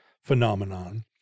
phenomenon